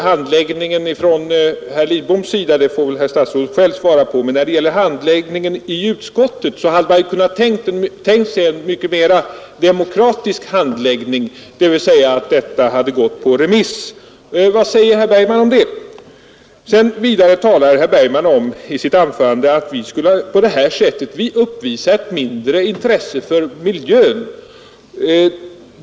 Handläggningen från herr Lidboms sida får väl statsrådet själv svara för, men när det gäller handläggningen i utskottet hade man kunnat tänka sig en mycket mera demokratisk handläggning, dvs. att ärendet gått på remiss. Vad säger herr Bergman om det? Vidare talade herr Bergman i sitt anförande om att vi på detta sätt skulle uppvisa ett mindre intresse för miljön.